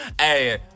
Hey